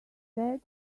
said